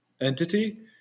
entity